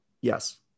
Yes